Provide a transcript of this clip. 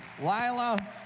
Lila